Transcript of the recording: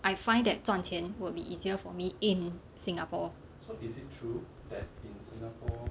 I find that 赚钱 will be easier for me in singapore